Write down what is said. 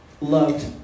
loved